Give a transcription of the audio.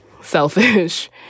selfish